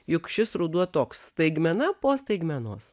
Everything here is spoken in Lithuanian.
juk šis ruduo toks staigmena po staigmenos